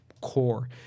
core